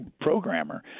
programmer